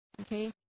okay